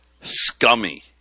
scummy